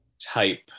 type